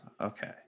Okay